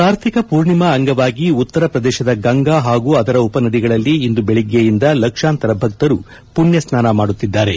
ಕಾರ್ತಿಕ ಪೂರ್ಣಿಮಾ ಅಂಗವಾಗಿ ಉತ್ತರ ಪ್ರದೇಶದ ಗಂಗಾ ಹಾಗೂ ಅದರ ಉಪನಗರಗಳಲ್ಲಿ ಇಂದು ಬೆಳಿಗ್ಗೆಯಿಂದ ಲಕ್ಷಾಂತರ ಭಕ್ತರು ಪುಣ್ಯ ಸ್ನಾನ ಮಾಡುತ್ತಿದ್ದಾರೆ